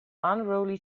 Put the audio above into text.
unruly